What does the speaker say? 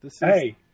Hey